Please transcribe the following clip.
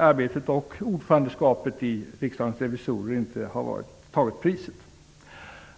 arbetet och ordförandeskapet i Riksdagens revisorer har tagit priset.